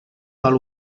val